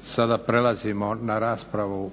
Sada prelazimo na